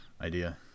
idea